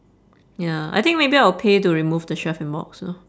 ya I think maybe I'll pay to remove the chef in box lor